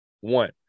one